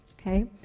okay